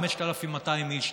5,200 איש.